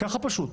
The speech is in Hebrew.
ככה פשוט,